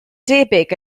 debyg